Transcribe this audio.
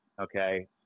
Okay